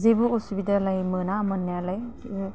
जेबो असुबिदालाइ मोना मोन्नायालाइ